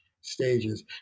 stages